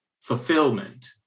fulfillment